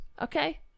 Okay